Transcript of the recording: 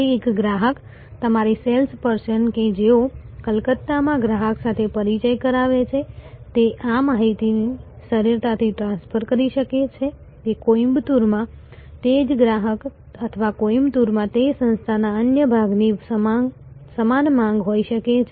તેથી એક ગ્રાહક તમારી સેલ્સ પર્સન કે જેઓ કલકત્તામાં ગ્રાહક સાથે પરિચય કરાવે છે તે આ માહિતી સરળતાથી ટ્રાન્સફર કરી શકે છે કે કોઈમ્બતુરમાં તે જ ગ્રાહક અથવા કોઈમ્બતુરમાં તે સંસ્થાના અન્ય ભાગની સમાન માંગ હોઈ શકે છે